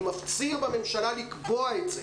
אני מפציר בממשלה לקבוע את זה.